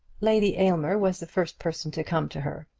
lady aylmer was the first person to come to her.